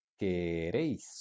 queréis